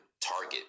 target